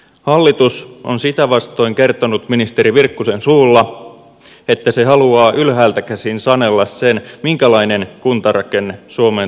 hallitus on sitä vastoin kertonut ministeri virkkusen suulla että se haluaa ylhäältä käsin sanella sen minkälainen kuntarakenne suomeen tulee saada